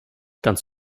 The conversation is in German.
ganz